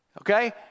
okay